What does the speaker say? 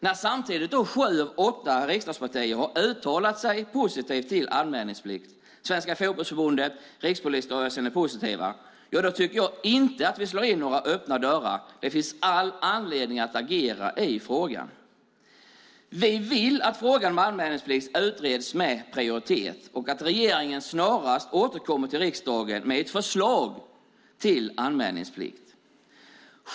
När samtidigt sju av åtta riksdagspartier har uttalat sig positivt till anmälningsplikt och Svenska Fotbollförbundet och Rikspolisstyrelsen är positiva tycker jag inte att vi slår in öppna dörrar. Det finns all anledning att agera i frågan. Vi vill att frågan om anmälningsplikt utreds med prioritet och att regeringen snarast återkommer till riksdagen med ett förslag till anmälningsplikt.